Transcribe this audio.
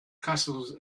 castles